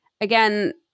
Again